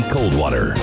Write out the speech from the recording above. Coldwater